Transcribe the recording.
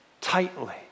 tightly